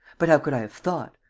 but how could i have thought,